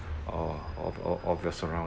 uh of of of your surrounding